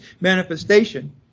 manifestation